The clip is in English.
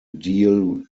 deal